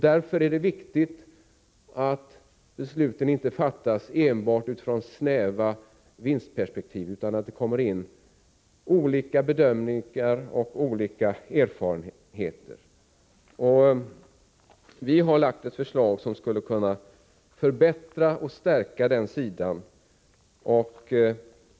Därför är det viktigt att beslut inte fattas enbart ur snäva vinstperspektiv utan att det kommer in olika bedömningar och erfarenheter. Vi har framlagt ett förslag som skulle kunna förbättra och stärka den sidan.